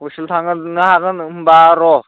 social' थांगोरनो हागोन होनबा र'